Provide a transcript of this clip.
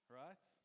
right